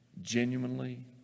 genuinely